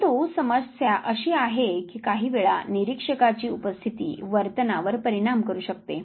परंतु समस्या अशी आहे की काही वेळा निरीक्षकाची उपस्थिती वर्तनावर परिणाम करू शकते